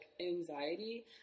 anxiety